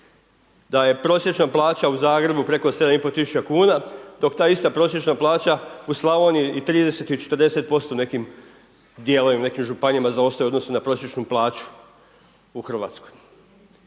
da je prosječna plaća u Zagrebu preko 7500 kuna dok ta ista prosječna plaća u Slavoniji i 30 ili 40% u nekim dijelovima, neke županije zaostaju u odnosu na prosječnu plaću u Hrvatskoj